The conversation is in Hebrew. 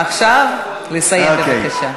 עכשיו, לסיים בבקשה.